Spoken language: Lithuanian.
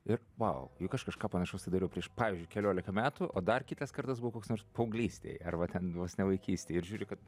ir vau juk aš kažką panašaus tai dariau prieš pavyzdžiui kelioliką metų o dar kitas kartas buvo koks nors paauglystėj arba ten vos ne vaikystėj ir žiūri kad